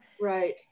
right